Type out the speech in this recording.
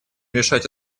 решать